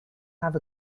have